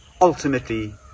Ultimately